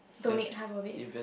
donate half of it